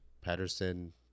Patterson